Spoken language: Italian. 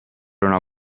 una